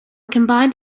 combined